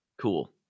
Cool